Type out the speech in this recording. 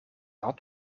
had